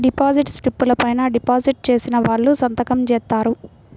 deposit స్లిపుల పైన deposit చేసిన వాళ్ళు సంతకం జేత్తారు